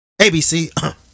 ABC